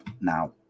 now